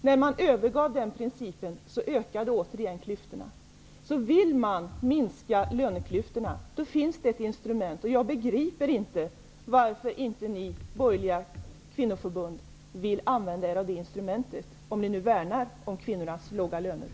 När man övergav den principen, ökade återigen klyftorna. Vill man minska löneklyftorna, så finns det alltså ett instrument. Jag begriper inte varför inte ni i de borgerliga kvinnoförbunden vill använda det instrumentet -- om ni nu värnar om de lågavlönade kvinnorna.